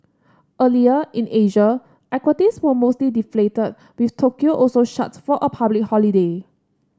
earlier in Asia equities were mostly deflated with Tokyo also shut for a public holiday